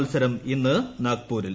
മത്സരം ഇന്ന് നാഗ്പൂരിൽ